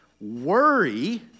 Worry